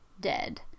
dead